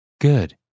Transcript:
Good